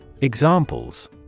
Examples